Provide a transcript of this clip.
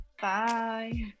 bye